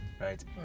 right